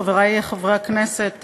חברי חברי הכנסת,